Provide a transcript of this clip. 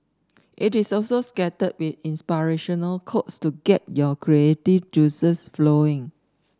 it is also scattered with inspirational quotes to get your creative juices flowing